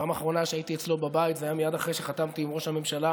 הפעם האחרונה שהייתי אצלו בבית זה היה מייד אחרי שחתמתי עם ראש הממשלה